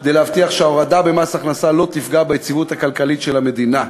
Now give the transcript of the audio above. כדי להבטיח שההורדה במס הכנסה לא תפגע ביציבות הכלכלית של המדינה.